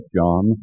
John